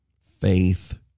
faith